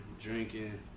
drinking